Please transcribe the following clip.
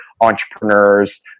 entrepreneurs